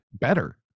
better